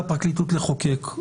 אני רוצה להבין את העמדה שלכם.